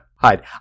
hide